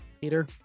Peter